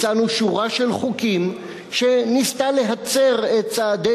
הצענו שורה של חוקים שניסתה להצר את צעדי